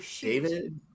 David